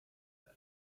pits